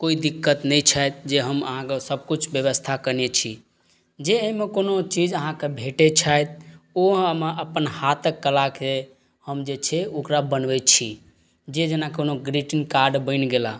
कोइ दिक्कत नहि छथि जे हम आहाँके सबकिछु व्यवस्था कयने छी जे एहिमे कोनो चीज आहाँके भेटै छथि ओ हम अपन हाथक कलाके हम जे छै ओकरा बनबै छी जे जेना कोनो ग्रीटिन कार्ड बनि गेलाह